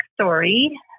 story